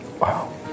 Wow